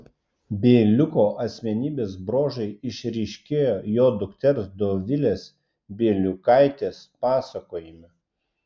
bieliuko asmenybės bruožai išryškėjo jo dukters dovilės bieliukaitės pasakojime